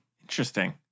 Interesting